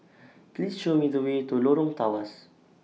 Please Show Me The Way to Lorong Tawas